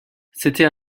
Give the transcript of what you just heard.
c’était